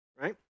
right